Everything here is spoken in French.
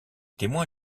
témoins